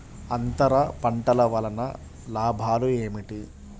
అంతర పంటల వలన లాభాలు ఏమిటి?